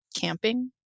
camping